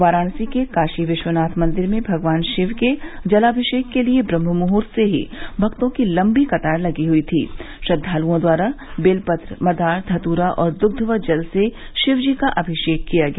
वाराणसी के काशी विश्वनाथ मंदिर में भगवान शिव के जलामिषेक के लिए ब्रह्ममुदूर्त से ही भक्तों की लंबी कतार लगी हुई थीं श्रद्वालुओं द्वारा बेलपत्र मदार धतूरा और दुग्ध व जल से शिवजी का अभिषेक किया गया